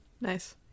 Nice